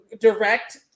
direct